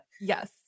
Yes